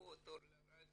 והפכו אותו לרדיו